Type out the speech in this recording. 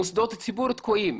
מוסדות הציבור תקועים.